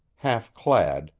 half-clad,